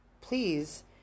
please